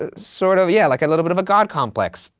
ah sort of, yeah, like a little bit of a god complex.